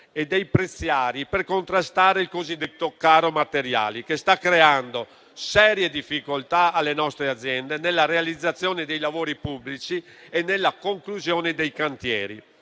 e dei prezziari per contrastare il cosiddetto caro materiali che sta creando serie difficoltà alle nostre aziende nella realizzazione dei lavori pubblici e nella conclusione dei cantieri